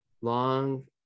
long